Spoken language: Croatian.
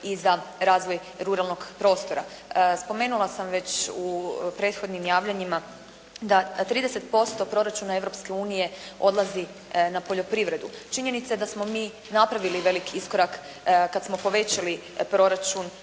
i za razvoj ruralnog prostora. Spomenula sam već u prethodnim javljanjima da 30% proračuna Europske unije odlazi na poljoprivredu. Činjenica je da smo mi napravili veliki iskorak kad smo povećali proračun